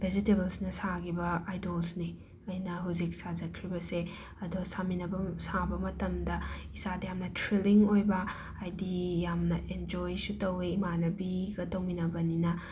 ꯚꯦꯖꯤꯇꯦꯕꯜꯁꯅ ꯁꯥꯒꯤꯕ ꯑꯥꯏꯗꯣꯜꯁꯅꯤ ꯑꯩꯅ ꯍꯧꯖꯤꯛ ꯁꯥꯖꯈ꯭ꯔꯤꯕꯁꯦ ꯑꯗꯣ ꯁꯥꯃꯤꯟꯅꯕ ꯁꯥꯕ ꯃꯇꯝꯗ ꯏꯁꯥꯗ ꯌꯥꯝꯅ ꯊ꯭ꯔꯤꯜꯂꯤꯡ ꯑꯣꯏꯕ ꯍꯥꯏꯗꯤ ꯌꯥꯝꯅ ꯑꯦꯟꯖꯣꯏꯁꯨ ꯇꯧꯋꯦ ꯏꯃꯥꯟꯅꯕꯤꯒ ꯇꯧꯃꯤꯟꯅꯕꯅꯤꯅ